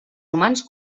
humans